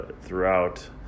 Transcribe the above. throughout